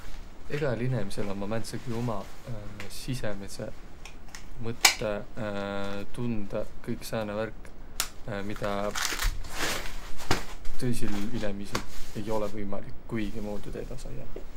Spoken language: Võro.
Egä inemisel ommaq määntsegiq umaq sisemädseq mõttõq, tundõq, kõik sääne värk, midä tõisil inemiisil ei olõq võimalik kuigimuudu teedäq saiaq.